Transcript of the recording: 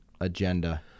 agenda